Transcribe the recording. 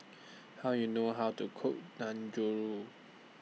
How YOU know How to Cook